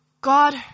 God